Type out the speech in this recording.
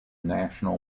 national